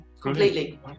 completely